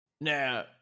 Now